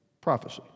prophecy